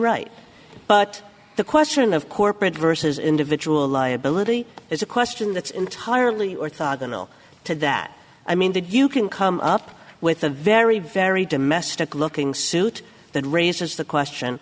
right but the question of corporate versus individual liability is a question that's entirely orthogonal to that i mean that you can come up with a very very domestic looking suit that raises the question